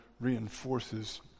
reinforces